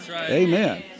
Amen